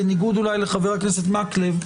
בניגוד אולי לחבר הכנסת מקלב,